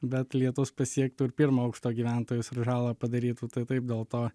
bet lietus pasiektų ir pirmo aukšto gyventojus ir žalą padarytų tai taip dėl to